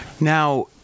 Now